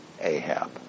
Ahab